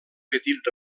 petit